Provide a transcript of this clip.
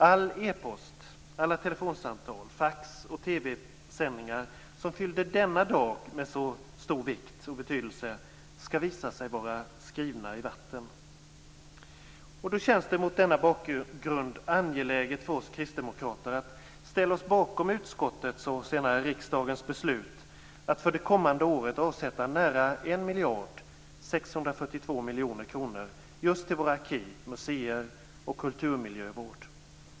All e-post, alla telefonsamtal, fax och TV-sändningar som fyllde denna dag med så stor vikt och betydelse skall visa sig vara skrivna i vatten. Mot denna bakgrund känns det angeläget för oss kristdemokrater att ställa oss bakom utskottets och senare riksdagens beslut att för det kommande året avsätta nära 1 642 miljoner kronor just till våra arkiv, museer och till kulturmiljövård.